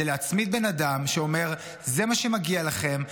להצמיד בן אדם שאומר: זה מה שמגיע לכם,